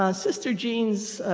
um sister jean's